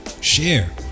Share